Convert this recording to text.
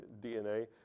DNA